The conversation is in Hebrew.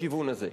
בכיוון הזה.